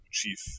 chief